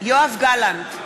יואב גלנט,